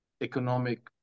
economic